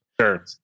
sure